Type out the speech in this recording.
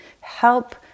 help